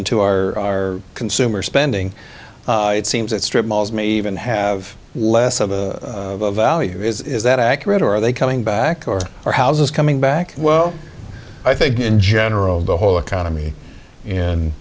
into our consumer spending it seems that strip malls may even have less of a value is that accurate or are they coming back or are houses coming back well i think in general the whole economy